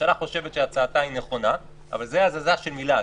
הממשלה חושבת שהצעתה היא נכונה אבל זה הזזה של מילה,